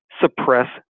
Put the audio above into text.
suppress